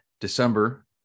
December